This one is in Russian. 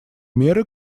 меры